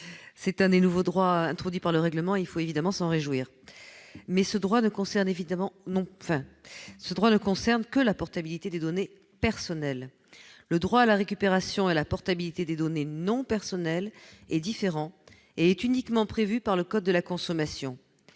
C'est l'un des nouveaux droits introduits par le règlement, et il faut s'en réjouir. Reste que ce droit ne concerne que la portabilité des données personnelles. Le droit à la récupération et à la portabilité des données non personnelles est différent ; il est uniquement prévu par le code de la consommation.